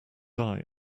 eye